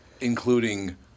including